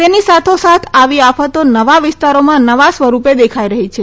તેની સાથો સાથ આવી આફતો નવા વિસ્તારોમાં નવા સ્વરૂપે દેખાઈ રહી છે